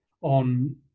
on